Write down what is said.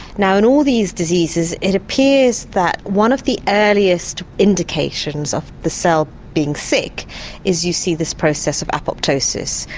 now in all these diseases it appears that one of the earliest indications of the cell being sick is you see this process of apoptosis,